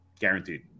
guaranteed